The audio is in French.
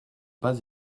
pas